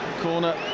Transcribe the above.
Corner